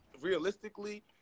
realistically